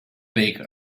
baker